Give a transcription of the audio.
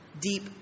deep